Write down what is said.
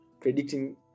predicting